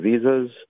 visas